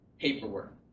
paperwork